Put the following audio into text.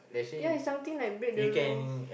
ya it's something like break the rules